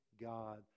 God